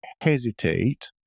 hesitate